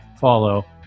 follow